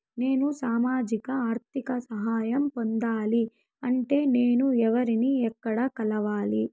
నేను సామాజిక ఆర్థిక సహాయం పొందాలి అంటే నేను ఎవర్ని ఎక్కడ కలవాలి?